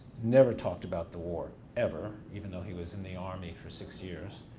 never talked about the war, ever. even though he was in the army for six years